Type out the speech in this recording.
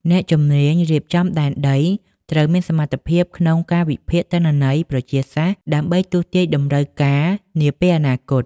អ្នកជំនាញរៀបចំដែនដីត្រូវមានសមត្ថភាពក្នុងការវិភាគទិន្នន័យប្រជាសាស្ត្រ ដើម្បីទស្សន៍ទាយតម្រូវការនាពេលអនាគត។